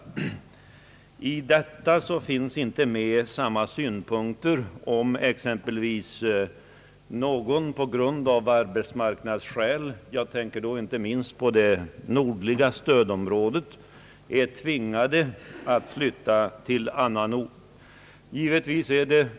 I lagen finns inte samma möjlighet om någon exempelvis av sysselsättningsskäl — jag tänker då inte minst på det nordliga stödområdet — är tvingad att flytta till annan ort.